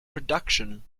production